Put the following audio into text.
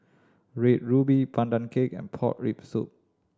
Red Ruby Pandan Cake and pork rib soup